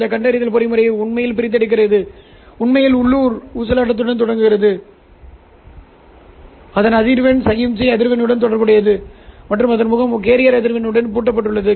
இந்த கண்டறிதல் பொறிமுறை உண்மையில் பிரித்தெடுக்கிறது உண்மையில் உள்ளூர் ஊசலாட்டத்துடன் தொடங்குகிறது அதன் அதிர்வெண் சமிக்ஞை அதிர்வெண்ணுடன் தொடர்புடையது மற்றும் அதன் முகம் கேரியர் அதிர்வெண்ணுடன் பூட்டப்பட்டுள்ளது